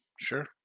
Sure